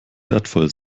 wertvoll